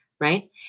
right